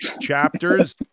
Chapters